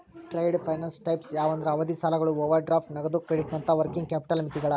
trade finance types ಯಾವಂದ್ರ ಅವಧಿ ಸಾಲಗಳು ಓವರ್ ಡ್ರಾಫ್ಟ್ ನಗದು ಕ್ರೆಡಿಟ್ನಂತ ವರ್ಕಿಂಗ್ ಕ್ಯಾಪಿಟಲ್ ಮಿತಿಗಳ